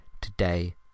today